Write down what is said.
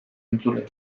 entzule